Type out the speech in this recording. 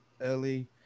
early